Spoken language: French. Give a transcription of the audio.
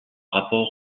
rapport